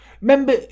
Remember